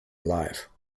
alive